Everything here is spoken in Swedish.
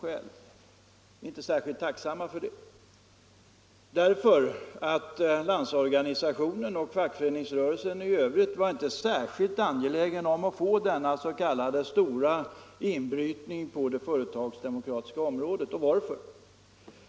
Vi är inte särskilt tacksamma för det, därför att LO och fackföreningsrörelsen i övrigt inte var särskilt angelägna om att få denna s.k. stora inbrytning på det företagsdemokratiska området. Och varför?